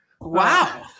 Wow